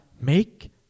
make